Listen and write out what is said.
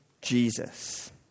Jesus